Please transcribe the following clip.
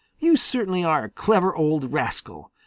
you certainly are a clever old rascal,